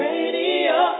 Radio